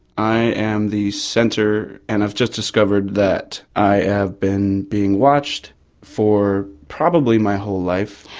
i am the centre. and i've just discovered that i have been being watched for probably my whole life.